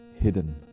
hidden